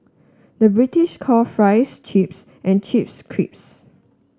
the British call fries chips and chips creeps